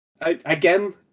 again